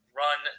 run